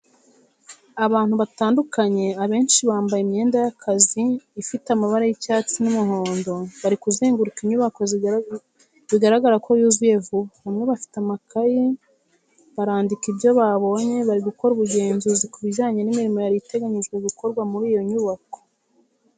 Abantu batandukanye abenshi bambaye imyenda y'akazi ifite amabara y'icyatsi n'umuhondo, bari kuzenguruka inyubako bigaragara ko yuzuye vuba, bamwe bafite amakayi barandika ibyo babonye bari gukora ubugenzuzi ku bijyanye n'imirimo yari iteganyijwe gukorwa kuri iyo nyubako.